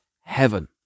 heaven